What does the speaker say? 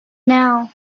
now